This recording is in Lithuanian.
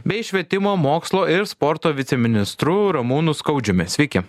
bei švietimo mokslo ir sporto viceministru ramūnu skaudžiumi sveiki